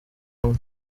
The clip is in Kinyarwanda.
hamwe